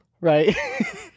right